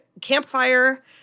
campfire